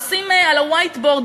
עושים על ה-white board,